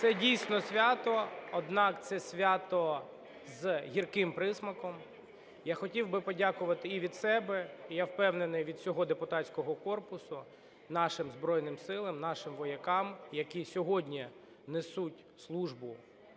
Це, дійсно, свято, однак це свято з гірким присмаком. Я хотів би подякувати і від себе і, я впевнений, від всього депутатського корпусу нашим Збройним Силам, нашим воякам, які сьогодні несуть службу